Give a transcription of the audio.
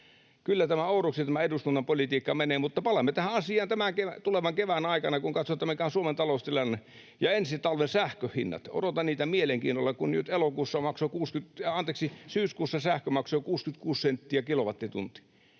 Kyllä tämä eduskunnan politiikka oudoksi menee, mutta palaamme tähän asiaan tämän tulevan kevään aikana, kun katsotaan, mikä on Suomen taloustilanne. Ja ensi talven sähkön hinnat, odotan niitä mielenkiinnolla, kun syyskuussa sähkö maksoi 66 senttiä kilowattitunnilta.